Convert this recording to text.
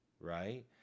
right